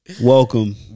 Welcome